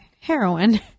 heroin